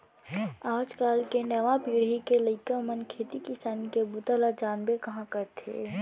आज काल के नवा पीढ़ी के लइका मन खेती किसानी के बूता ल जानबे कहॉं करथे